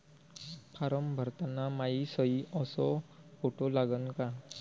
Form भरताना मायी सयी अस फोटो लागन का?